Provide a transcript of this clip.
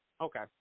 okay